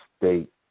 state